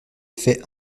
fait